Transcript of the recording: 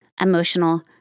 emotional